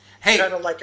Hey